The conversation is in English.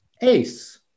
Ace